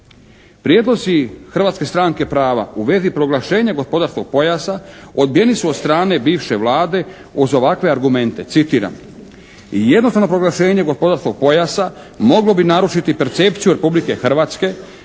Prijedlozi Hrvatske stranke prava u vezi proglašenja gospodarskog pojasa odbijeni su od strane bivše Vlade uz ovakve argumente: "Jednostavno proglašenje gospodarskog pojasa moglo bi narušiti percepciju Republike Hrvatske